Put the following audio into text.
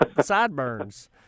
sideburns